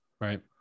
Right